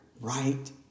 right